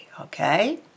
Okay